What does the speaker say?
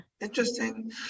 interesting